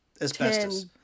asbestos